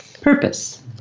purpose